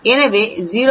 எனவே 0